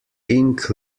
ink